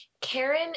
Karen